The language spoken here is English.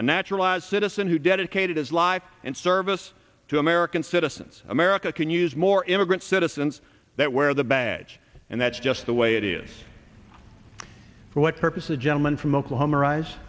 a naturalized citizen who dedicated his life in service to american citizens america can use more immigrant citizens that wear the badge and that's just the way it is for what purpose a gentleman from oklahoma arise